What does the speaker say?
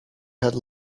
had